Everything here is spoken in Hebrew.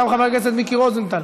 גם חבר הכנסת מיקי רוזנטל.